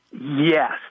Yes